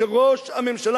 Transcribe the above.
שראש הממשלה,